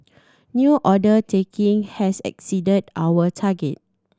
new order taking has exceeded our target